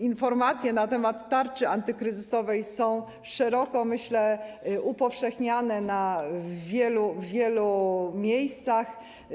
Informacje na temat tarczy antykryzysowej są szeroko, myślę, upowszechniane w wielu miejscach.